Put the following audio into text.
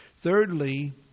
thirdly